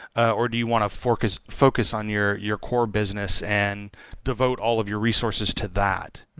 or do you want to focus focus on your your core business and devote all of your resources to that?